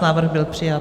Návrh byl přijat.